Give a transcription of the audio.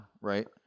right